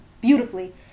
beautifully